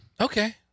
Okay